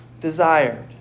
desired